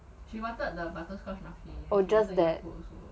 oh just that